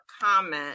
comment